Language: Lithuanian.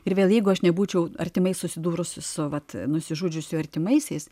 ir vėl jeigu aš nebūčiau artimai susidūrusi su vat nusižudžiusių artimaisiais